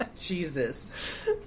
Jesus